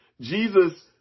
Jesus